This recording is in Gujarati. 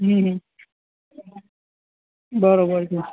હં બરોબર છે